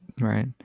Right